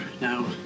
Now